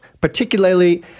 particularly